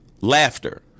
laughter